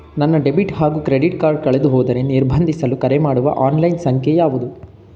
ನನ್ನ ಡೆಬಿಟ್ ಹಾಗೂ credit card ಕಳೆದುಹೋದರೆ ನಿರ್ಬಂಧಿಸಲು ಕರೆಮಾಡುವ ಆನ್ಲೈನ್ ಸಂಖ್ಯೆಯಾವುದು?